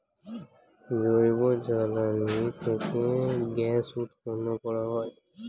জৈব জ্বালানি থেকে গ্যাস উৎপন্ন করা যায়